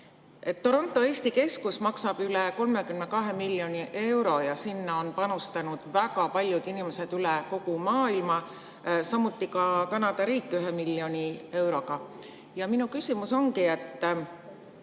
Toronto Eesti keskus maksab üle 32 miljoni euro ja sinna on panustanud väga paljud inimesed üle kogu maailma, samuti Kanada riik 1 miljoni euroga. Ja minu küsimus ongi see: